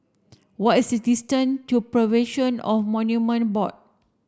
what is the distance to Preservation on Monument Board